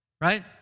right